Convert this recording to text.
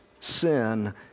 sin